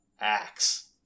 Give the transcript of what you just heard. axe